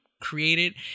created